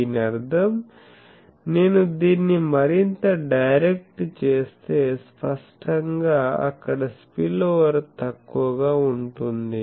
దీని అర్థం నేను దీన్ని మరింత డైరెక్ట్ చేస్తే స్పష్టంగా అక్కడ స్పిల్ఓవర్ తక్కువగా ఉంటుంది